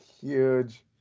huge